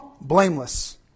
blameless